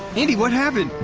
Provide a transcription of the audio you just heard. andi what happened?